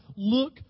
Look